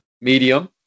medium